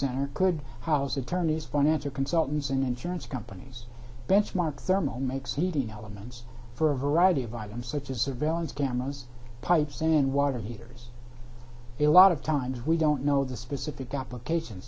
center could house attorneys financial consultants and insurance companies benchmark thermal makes heating elements for a variety of items such as surveillance cameras pipes and water heaters a lot of times we don't know the specific application